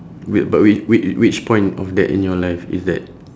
wait but which which which point of that in your life is that